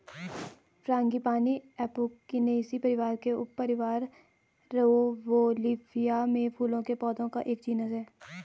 frangipani Apocynaceae परिवार के उपपरिवार रौवोल्फिया में फूलों के पौधों का एक जीनस है